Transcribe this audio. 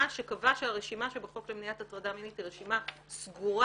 שקבע שהרשימה שבחוק למניעת הטרדה מינית היא רשימה סגורה.